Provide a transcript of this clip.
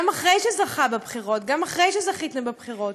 גם אחרי שזכה בבחירות, גם אחרי שזכיתם בבחירות,